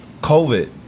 COVID